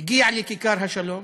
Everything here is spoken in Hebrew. הגיע לכיכר השלום,